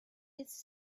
his